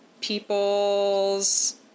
people's